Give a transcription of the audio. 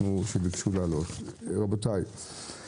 רבותי,